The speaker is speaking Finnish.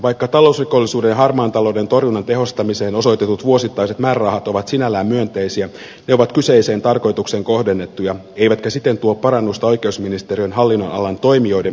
vaikka talousrikollisuuden ja harmaan talouden torjunnan tehostamiseen osoitetut vuosittaiset määrärahat ovat sinällään myönteisiä ne ovat kyseiseen tarkoitukseen kohdennettuja eivätkä siten tuo parannusta oikeusministeriön hallinnonalan toimijoiden perusrahoitukseen